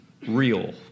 real